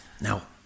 Now